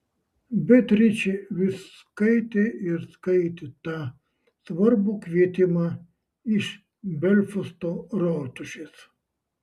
beatričė vis skaitė ir skaitė tą svarbų kvietimą iš belfasto rotušės